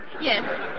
Yes